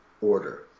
order